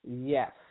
Yes